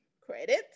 credit